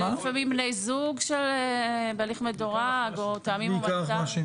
לפעמים אלה בני זוג או טעמים הומניטריים.